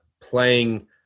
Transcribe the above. playing